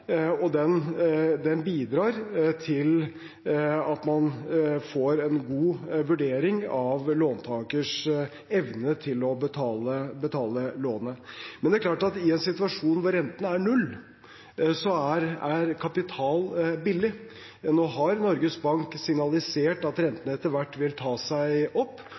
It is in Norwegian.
og den bidrar til at man får en god vurdering av låntakers evne til å betale lånet. Men det er klart at i en situasjon der renten er null, er kapital billig. Nå har Norges Bank signalisert at rentene etter hvert vil ta seg opp.